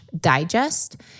digest